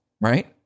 right